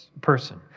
person